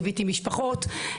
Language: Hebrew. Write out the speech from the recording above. ליוויתי משפחות.